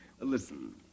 Listen